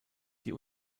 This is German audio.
die